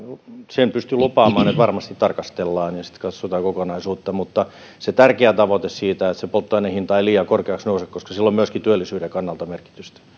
sen pystyn lupaamaan että varmasti tarkastellaan ja sitten katsotaan kokonaisuutta mutta se tärkeä tavoite on että polttoaineen hinta ei liian korkeaksi nouse koska sillä on merkitystä myöskin työllisyyden kannalta